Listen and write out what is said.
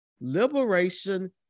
Liberation